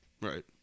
Right